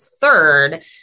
third